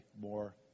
more